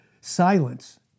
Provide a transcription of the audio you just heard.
silence